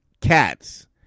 cats